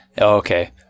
Okay